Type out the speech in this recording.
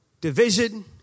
division